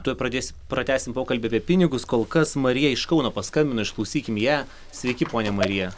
tuoj pradės pratęsim pokalbį apie pinigus kol kas marija iš kauno paskambino išklausykim ją sveiki ponia marija